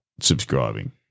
subscribing